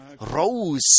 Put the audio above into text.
rose